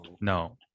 No